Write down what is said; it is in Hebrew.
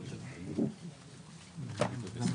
או שאתם רוצים את זה